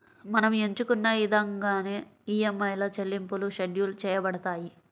మనం ఎంచుకున్న ఇదంగానే ఈఎంఐల చెల్లింపులు షెడ్యూల్ చేయబడతాయి